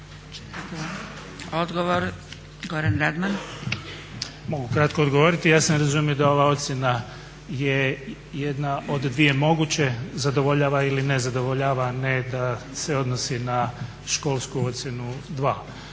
**Radman, Goran** Mogu ukratko odgovoriti. Ja sam razumio da ova ocjena je jedna od dvije moguće, zadovoljava ili ne zadovoljava a ne da se odnosi na školsku ocjenu 2.